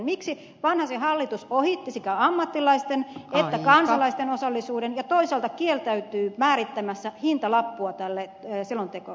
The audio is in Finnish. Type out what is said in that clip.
miksi vanhasen hallitus ohitti sekä ammattilaisten että kansalaisten osallisuuden ja toisaalta kieltäytyy määrittämästä hintalappua tälle selonteollensa